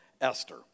Esther